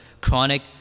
chronic